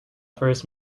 first